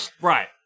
Right